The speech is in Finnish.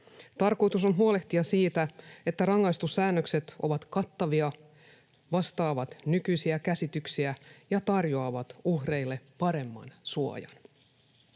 Tarkoitus on huolehtia siitä, että rangaistussäännökset ovat kattavia, vastaavat nykyisiä käsityksiä ja tarjoavat uhreille paremman suojan.